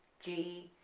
g,